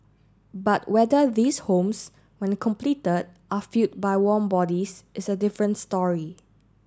but whether these homes when completed are filled by warm bodies is a different story